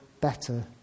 better